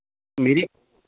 मेरे